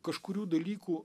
kažkurių dalykų